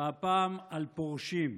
והפעם על פורשים.